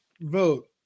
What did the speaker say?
vote